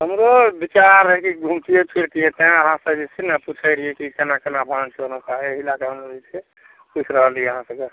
हमरो विचार रहै कि घुमतियै फिरतियै तेॅं अहाँसॅं पुछै रिहियै कि केना केना भान छै ओमहरुका एहि इलाकाके हम जे छै पुछि रहलियै अहाँ सबके